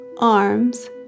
arms